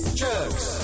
jerks